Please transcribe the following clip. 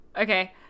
Okay